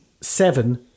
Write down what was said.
Seven